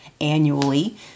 annually